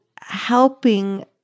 helping